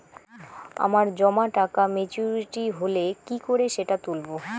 আমার জমা টাকা মেচুউরিটি হলে কি করে সেটা তুলব?